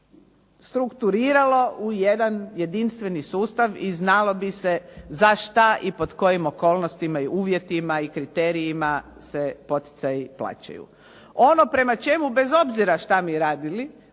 strukturiralo u jedan jedinstveni sustav i znalo bi se za što i pod kojim okolnostima i uvjetima i kriterijima se poticaji plaćaju. Ono prema čemu, bez obzira što mi radili,